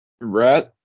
Right